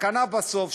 הסכנה בסוף,